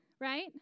right